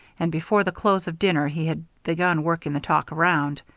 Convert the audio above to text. and before the close of dinner he had begun working the talk around.